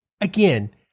again